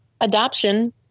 adoption